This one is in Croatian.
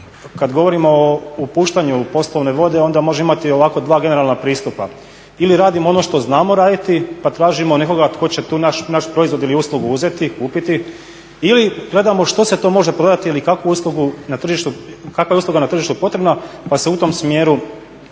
kad govorimo o upuštanju u poslovne vode onda može imati ovako dva generalna pristupa. Ili radimo ono što znamo raditi, pa tražimo nekoga tko će tu naš proizvod ili uslugu uzeti, kupiti. Ili gledamo što se to može prodati ili kakva je usluga na tržištu potrebna, pa se u tom smjeru